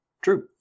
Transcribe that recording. true